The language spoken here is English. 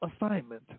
assignment